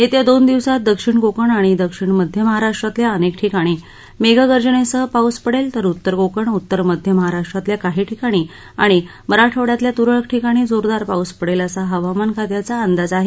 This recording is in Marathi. येत्या दोन दिवसात दक्षिण कोकण आणि दक्षिण मध्य महाराष्ट्रातल्या अनेक ठिकाणी मेघगर्जनेसह पाऊस पडेल तर उत्तर कोकण उत्तर मध्य महाराष्ट्रातल्या काही ठिकाणी आणि मराठवाड्यातल्या तुरळक ठिकाणी जोरदार पाऊस पडेल असा हवामान खात्याचा अंदाज आहे